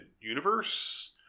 universe